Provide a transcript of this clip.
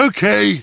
Okay